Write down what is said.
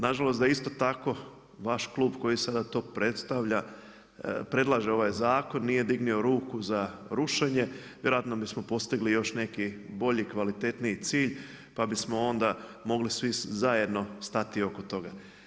Nažalost, da isto tako, vaš klub koji se tu predstavlja predlaže ovaj zakon, nije dignuo ruku za rušenje, vjerojatno bismo postigli, još neki, bolji kvalitetniji cilj, pa bismo onda mogli svi zajedno stati oko toga.